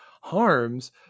harms